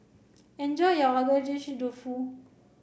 enjoy your Agedashi dofu